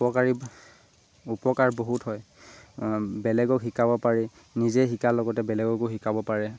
উপকাৰী উপকাৰ বহুত হয় বেলেগক শিকাব পাৰি নিজে শিকাৰ লগতে বেলেগকো শিকাব পাৰে